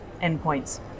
endpoints